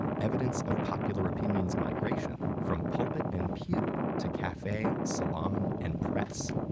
evidence of popular opinions migration from pulpit and pew to cafe, salon, and press.